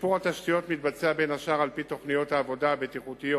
שיפור התשתיות מתבצע בין השאר על-פי תוכניות העבודה הבטיחותיות